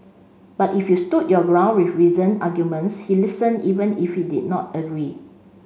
but if you stood your ground with reason arguments he listen even if he did not agree